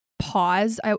pause